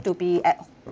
arrived at